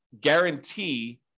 guarantee